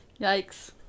yikes